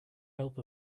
help